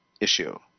issue